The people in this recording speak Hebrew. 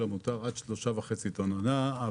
המותר עולה על 3,500 ק"ג תהיה לפי הדוגמה שלהלן".